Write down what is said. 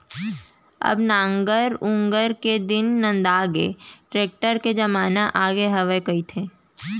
अब नांगर ऊंगर के दिन नंदागे, टेक्टर के जमाना आगे हवय कहिथें